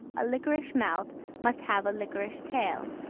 a liquorish mouth must have a liquorish tail.